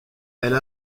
elle